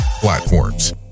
platforms